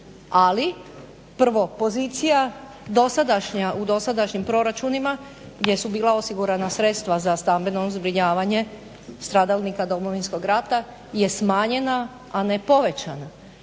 ali prvo pozicija dosadašnja, u dosadašnjim proračunima gdje su bila osigurana sredstva za stambeno zbrinjavanje stradalnika Domovinskog rata je smanjena a ne povećana.